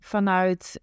Vanuit